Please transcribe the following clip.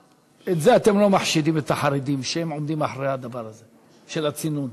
בזה אתם לא מחשידים את החרדים שהם עומדים מאחורי הדבר הזה של הצינון.